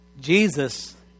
Jesus